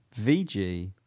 VG